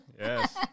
Yes